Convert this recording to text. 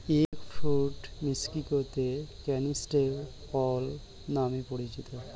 egg fruit মেক্সিকোতে canistel ফল নামে পরিচিত